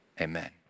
amen